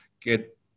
get